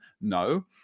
No